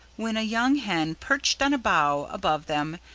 when a young hen perched on a bough above them,